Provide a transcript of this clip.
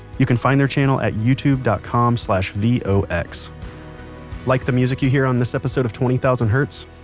you can find their channel at youtube dot com slash v o x like the music you hear on this episode of twenty thousand hertz?